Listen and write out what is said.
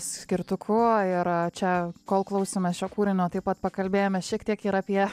skirtuku ir čia kol klausėmės šio kūrinio taip pat pakalbėjome šiek tiek ir apie